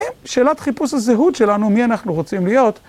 אם שאלת חיפוש הזהות שלנו, מי אנחנו רוצים להיות?